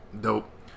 Dope